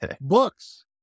Books